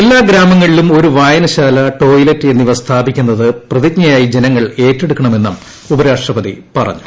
എല്ലാ ഗ്രാങ്ങ്ളിലും ഒരു വായന ശാല ടോയ്ലറ്റ് എന്നിവ സ്ഥാപിക്കുന്നത് പ്രതിജ്ഞയായി ജനങ്ങൾ ഏറ്റെടുക്ക ണമെന്നും ഉപരാഷ്ട്രപതി പറഞ്ഞു